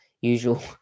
usual